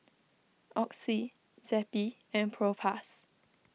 Oxy Zappy and Propass